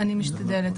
אני משתדלת.